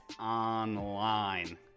Online